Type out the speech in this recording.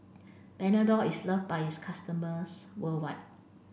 panadol is loved by its customers worldwide